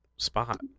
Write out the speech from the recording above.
Spot